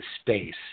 space